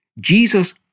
Jesus